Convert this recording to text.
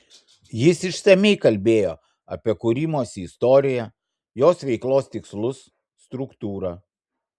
jis išsamiai kalbėjo apie kūrimosi istoriją jos veiklos tikslus struktūrą